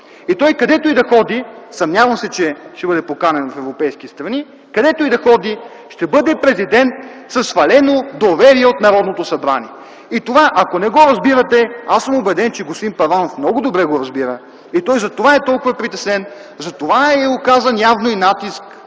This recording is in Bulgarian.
Той, където и да ходи, съмнявам се, че ще бъде поканен в европейски страни, ще бъде президент със свалено доверие от Народното събрание. Това ако не го разбирате, аз съм убеден, че господин Първанов много добре го разбира и затова е толкова притеснен, затова е оказан явно и натиск